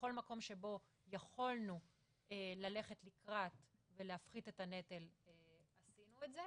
בכל מקום שבו יכולנו ללכת לקראת ולהפחית את הנטל עשינו את זה.